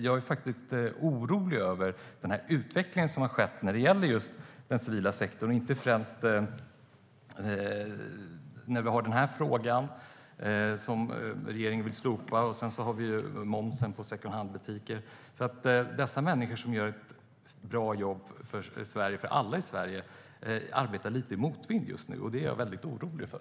Jag är orolig över den utveckling som har skett när det gäller just den civila sektorn. Vi har den här frågan där regeringen vill slopa avdragsrätten. Sedan har vi momsen på secondhandbutiker. Dessa människor som gör ett bra jobb för alla i Sverige arbetar lite i motvind just nu. Det är jag väldigt orolig för.